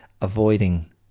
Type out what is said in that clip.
avoiding